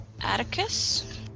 Atticus